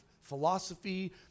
philosophy